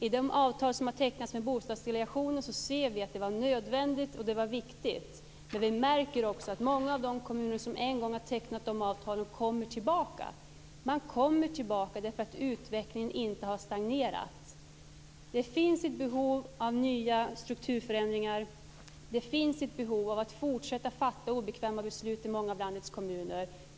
I de avtal som har tecknats med Bostadsdelegationen ser vi att det var nödvändigt och att det var viktig. Men vi märker också att många av de kommuner som en gång har tecknat de avtalen kommer tillbaka. Man kommer tillbaka därför att utvecklingen inte har stagnerat. Det finns ett behov av nya strukturförändringar. Det finns ett behov av att fortsätta fatta obekväma beslut i många av landets kommuner.